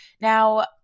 Now